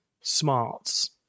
smarts